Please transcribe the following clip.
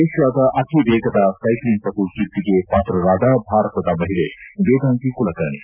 ಮತ್ತು ಏಷ್ಯಾದ ಅತಿ ವೇಗದ ಸೈಕ್ಲಿಂಗ್ ಪಟು ಕೀರ್ತಿಗೆ ಪಾತ್ರರಾದ ಭಾರತದ ಮಹಿಳೆ ವೇದಾಂಗಿ ಕುಲಕರ್ಣೆ